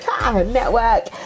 network